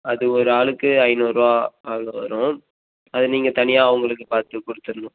அது ஒரு ஆளுக்கு ஐந்நூறுபா அது வரும் அதை நீங்கள் தனியாக அவங்களுக்கு பார்த்துக் கொடுத்துர்ணும்